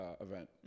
event